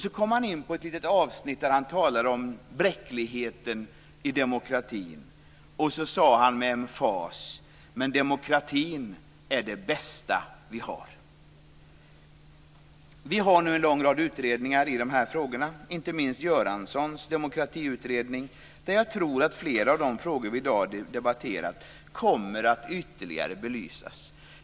Så kom han in på ett avsnitt där han talade om bräckligheten i demokratin, och då sade han med emfas: Men demokratin är det bästa vi har! Det arbetar nu en lång rad utredningar i dessa frågor, inte minst Bengt Göranssons demokratiutredning, där jag tror att flera av de frågor som vi i dag har diskuterat kommer att ytterligare belysas.